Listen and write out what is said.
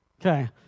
okay